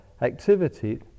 activity